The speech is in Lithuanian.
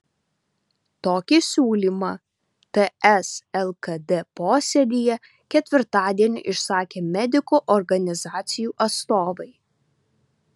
tokį siūlymą ts lkd posėdyje ketvirtadienį išsakė medikų organizacijų atstovai